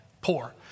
poor